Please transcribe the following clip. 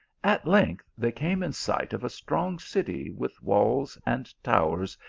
at length, they came in sight of a strong city with walls and towers,